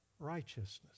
righteousness